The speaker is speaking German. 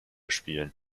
spielen